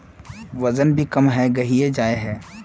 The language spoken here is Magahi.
वजन भी कम है गहिये जाय है?